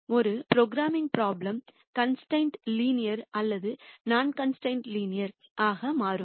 எனவே ஒரு programming problem constrained linear அல்லது நான்லீனியர் மாறும்